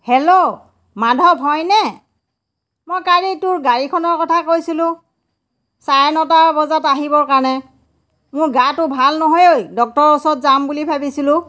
hello Madhav হয়নে মই কালি তোৰ গাড়ীখনৰ কথা কৈছিলোঁ চাৰে নটা বজাত আহিবৰ কাৰণে মোৰ গাটো ভাল নহয় ঐ ডক্তৰৰ ওচৰত যাম বুলি ভাবিছিলোঁ